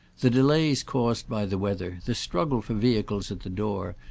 the delays caused by the weather, the struggle for vehicles at the door,